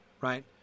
Right